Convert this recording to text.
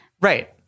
Right